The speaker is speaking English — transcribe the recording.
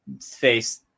face